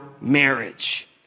marriage